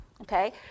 okay